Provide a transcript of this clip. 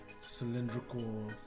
cylindrical